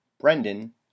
brendan